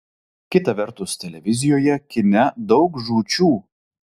kita vertus televizijoje kine daug žūčių